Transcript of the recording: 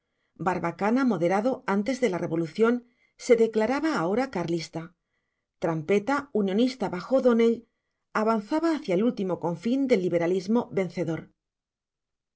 barbacana moderado antes de la revolución se declaraba ahora carlista trampeta unionista bajo o'donnell avanzaba hacia el último confín del liberalismo vencedor